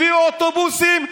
הביאו אוטובוסים,